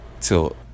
Till